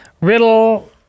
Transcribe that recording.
riddle